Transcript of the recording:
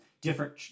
different